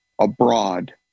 abroad